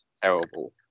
terrible